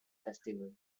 festival